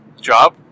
job